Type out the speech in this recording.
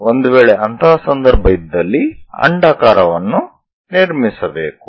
ಒಂದು ವೇಳೆ ಅಂತಹ ಸಂದರ್ಭ ಇದ್ದಲ್ಲಿ ಅಂಡಾಕಾರ ವನ್ನು ನಿರ್ಮಿಸಬೇಕು